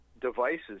devices